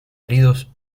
heridos